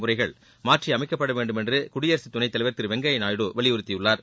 முறைகள் மாற்றியமைக்கப்படவேண்டும் என்று குடியரசுத்துணைத்தலைவர் திரு வெங்கய்யா நாயுடு வலியுறுத்தியுள்ளார்